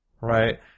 Right